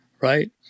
right